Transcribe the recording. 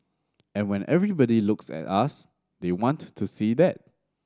and when everybody looks at us they want to to see that